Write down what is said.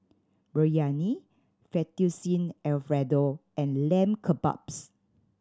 Biryani Fettuccine Alfredo and Lamb Kebabs